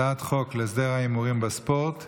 הצעת חוק להסדר ההימורים בספורט,